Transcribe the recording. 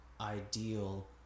ideal